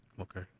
Okay